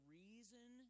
reason